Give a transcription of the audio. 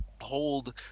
hold